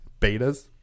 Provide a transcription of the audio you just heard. betas